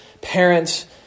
parents